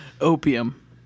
Opium